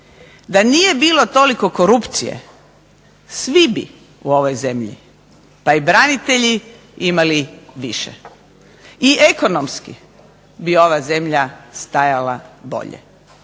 Da nije bilo toliko korupcije svi bi u ovoj zemlji, pa i branitelji imali više, i ekonomski bi ova zemlja stajala bolje.